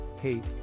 hate